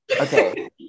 Okay